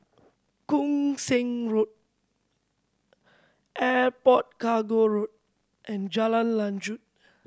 Koon Seng Road Airport Cargo Road and Jalan Lanjut